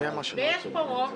ויש פה רוב.